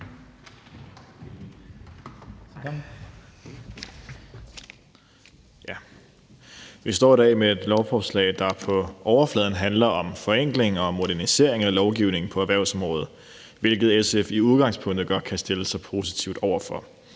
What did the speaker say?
Vi står i dag med et lovforslag, der på overfladen handler om forenkling og modernisering af lovgivning på erhvervsområdet, hvilket SF i udgangspunktet godt kan stille sig positive over for.